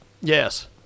Yes